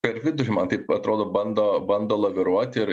per vidurį man taip atrodo bando bando laviruoti ir